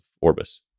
Orbis